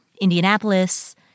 Indianapolis